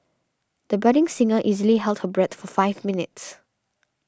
the budding singer easily held her breath for five minutes